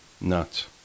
Nuts